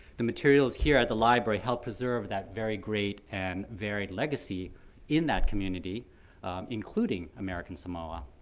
the materials here at the library help preserve that very great and varied legacy in that community including american samoa,